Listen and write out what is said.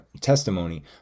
Testimony